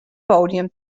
podium